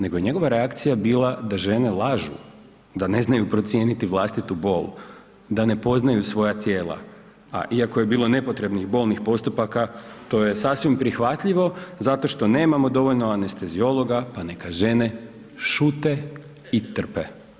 Nego njegova je reakcija bila da žene lažu, da ne znaju procijeniti vlastitu bol, da ne poznaju svoja tijela, a iako je bilo nepotrebnih bolnih postupaka to je sasvim prihvatljivo zato što nemamo dovoljno anesteziologa pa neka žene šute i trpe.